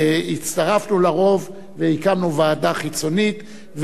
הצטרפנו לרוב והקמנו ועדה חיצונית,